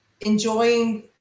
Enjoying